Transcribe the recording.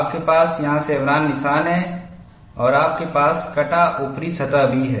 आपके पास यहां शेवरॉन निशान है और आपके पास कटा ऊपरी सतह भी है